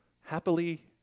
Happily